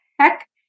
heck